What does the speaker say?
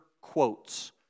quotes